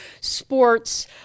sports